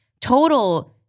total